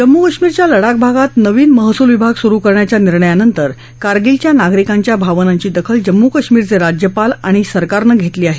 जम्मू कश्मीरच्या लडाख भागात नवीन महसूल विभाग सुरु करण्याच्या निर्णयानंतर कारगिलच्या नागरिकांच्या भावनांची दखल जम्मू कश्मीरचे राज्यपाल आणि सरकारनं घेतली आहे